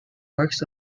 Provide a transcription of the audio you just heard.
works